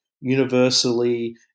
universally